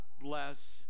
bless